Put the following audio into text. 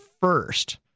first